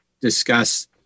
discuss